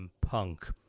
punk